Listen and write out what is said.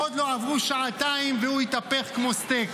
עוד לא עברו שעתיים והוא התהפך כמו סטייק.